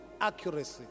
accuracy